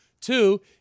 Two